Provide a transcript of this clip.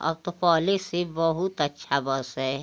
अब तो पहले से बहुत अच्छा बस है